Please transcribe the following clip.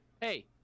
hey